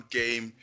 game